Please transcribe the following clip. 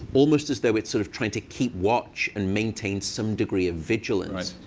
almost as though it's sort of trying to keep watch and maintain some degree of vigilance.